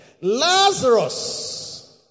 Lazarus